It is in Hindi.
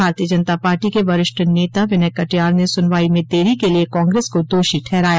भारतीय जनता पार्टी के वरिष्ठ नेता विनय कटियार ने सुनवाई में देरी के लिए कांग्रेस को दोषी ठहराया